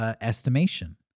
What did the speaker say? estimation